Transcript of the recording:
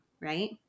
right